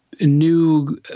new